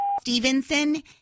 Stevenson